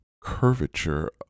curvature